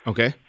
Okay